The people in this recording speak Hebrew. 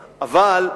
אני יודע את התשובה.